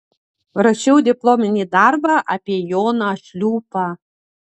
rašiau diplominį darbą apie joną šliūpą